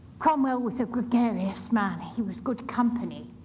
cromwell was a gregarious man. he was good company.